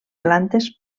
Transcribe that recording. plantes